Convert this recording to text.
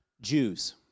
Jews